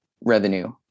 revenue